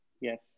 Yes